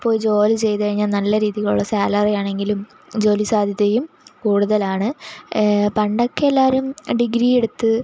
പോയി ജോലി ചെയ്തു കഴിഞ്ഞാൽ നല്ല രീതിയിലുള്ള സാലറി ആണെങ്കിലും ജോലി സാധ്യതയും കൂടുതലാണ് പണ്ടൊക്കെ എല്ലാവരും ഡിഗ്രി എടുത്ത്